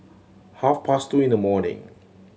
half past two in the morning